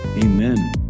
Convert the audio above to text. Amen